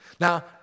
Now